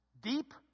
Deep